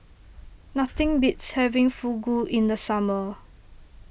nothing beats having Fugu in the summer